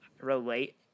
relate